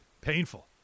Painful